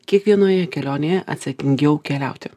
kiekvienoje kelionėje atsakingiau keliauti